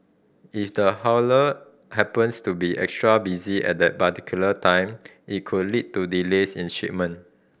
if the haulier happens to be extra busy at that particular time it could lead to delays in shipment